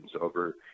over